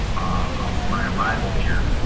of my arrival here.